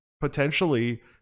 potentially